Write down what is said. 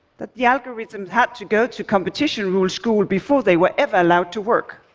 that the algorithm had to go to competition rules school before they were ever allowed to work,